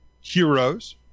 Heroes